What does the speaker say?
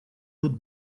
would